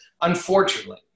unfortunately